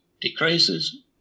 decreases